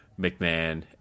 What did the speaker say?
mcmahon